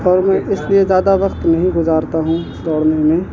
اور میں اس لیے زیادہ وقت نہیں گزارتا ہوں دوڑنے میں